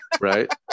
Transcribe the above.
Right